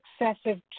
excessive